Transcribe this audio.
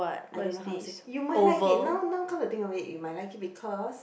I don't know how to say you might like it now now come the thing of it you might like it because